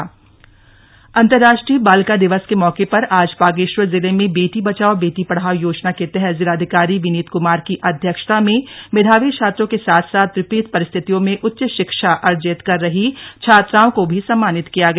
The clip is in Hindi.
अन्तरराष्ट्रीय बालिका दिवस अंतर्राष्ट्रीय बालिका दिवस के मौके पर आज बागेश्वर जिले में बेटी बचाओ बेटी पढ़ाओ योजना के तहत जिलाधिकारी विनीत कुमार की अध्यक्षता में मेधायी छात्राओं के साथ साथ विपरीत परिस्थितियों में उच्च शिक्षा अर्जित कर रही छात्राओं को भी सम्मानित किया गया